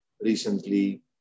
recently